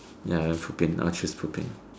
ya then pooping I'll choose pooping